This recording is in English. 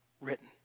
written